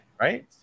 Right